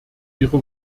ihre